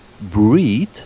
breed